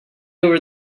over